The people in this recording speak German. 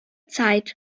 zeit